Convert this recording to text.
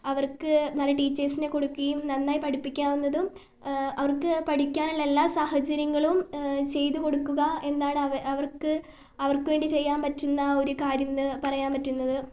അവർക്ക് നല്ല ടീച്ചേഴ്സിനെ കൊടുക്കുകയും നന്നായി പഠിപ്പിക്കാവുന്നതും അവർക്ക് പഠിക്കാനുള്ള എല്ലാ സാഹചര്യങ്ങളും ചെയ്തു കൊടുക്കുക എന്നാണ് അവർക്ക് അവർക്കുവേണ്ടി ചെയ്യാൻ പറ്റുന്ന ഒരു കാര്യം എന്നു പറയാൻ പറ്റുന്നത്